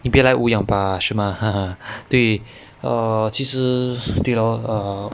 你别来是吗哈哈对 err 其实对 lor